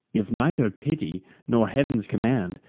if neither piety, nor heav'n's command,